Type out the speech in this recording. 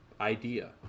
idea